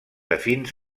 afins